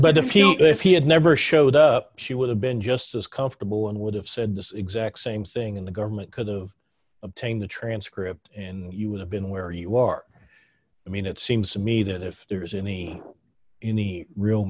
days if he had never showed up she would have been just as comfortable and would have said this exact same thing and the government could of obtain the transcript and you would have been where you are i mean it seems to me that if there is any any real